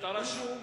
אתה רשום.